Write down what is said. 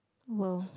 !woah!